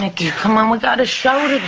like c'mon we've got a show yeah